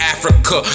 Africa